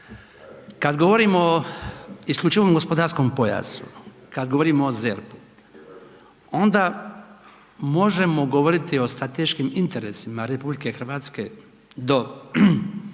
Kad govorimo o isključivom gospodarskom pojasu, kad govorimo o ZERP-u onda možemo govoriti o strateškim interesima RH do 1.